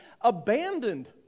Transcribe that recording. abandoned